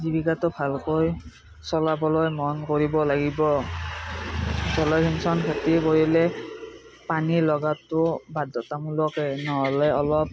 জীৱিকাটো ভালকৈ চলাবলৈ মন কৰিব লাগিব জলসিঞ্চন খেতি কৰিলে পানী লগাতো বাধ্যতামূলকেই নহ'লে অলপ